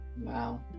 Wow